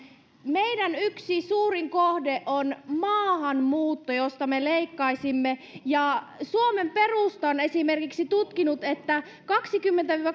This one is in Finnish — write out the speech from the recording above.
meidän yksi suurin kohde on maahanmuutto josta me leikkaisimme suomen perusta on esimerkiksi tutkinut että kaksikymmentä viiva